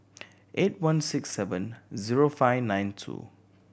eight one six seven zero five nine two